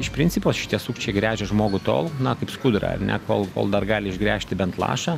iš principo šitie sukčiai gręžia žmogų tol na kaip skudurą ar ne kol kol dar gali išgręžti bent lašą